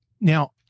now